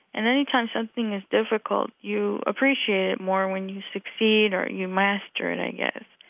and any time something is difficult, you appreciate more when you succeed or you master it, i guess.